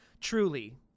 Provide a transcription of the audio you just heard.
Truly